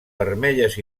vermelles